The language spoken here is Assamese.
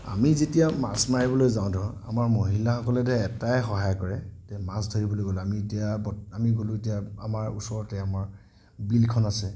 আমি যেতিয়া মাছ মাৰিবলৈ যাওঁ ধৰ আমাৰ মহিলাসকলে এটাই সহায় কৰে যে মাছ ধৰিবলৈ গ'লে আমি এতিয়া আমি গলোঁ এতিয়া আমাৰ ওচৰতে আমাৰ বিলখন আছে